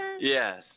Yes